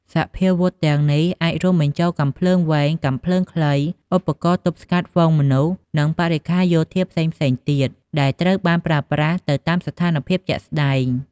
សព្វាវុធទាំងនេះអាចរួមបញ្ចូលកាំភ្លើងវែង កាំភ្លើងខ្លី ឧបករណ៍ទប់ស្កាត់ហ្វូងមនុស្ស និងបរិក្ខារយោធាផ្សេងៗទៀត ដែលត្រូវបានប្រើប្រាស់ទៅតាមស្ថានភាពជាក់ស្តែង។